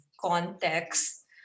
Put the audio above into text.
context